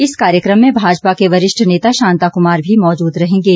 इस कार्यक्रम में भाजपा के वरिष्ठ नेता शांता कुमार भी मौजूद रहेंगे